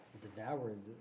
devoured